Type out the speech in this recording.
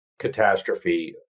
catastrophe